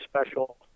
special